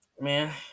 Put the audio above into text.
man